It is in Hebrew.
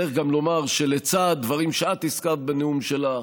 צריך גם לומר שלצד הדברים שאת הזכרת בנאום שלך,